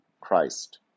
Christ